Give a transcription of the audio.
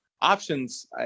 Options